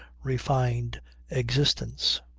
refined existence.